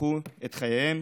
קיפחו את חייהם